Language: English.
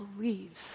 believes